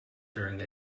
during